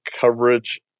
coverage